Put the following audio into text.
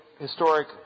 historic